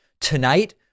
Tonight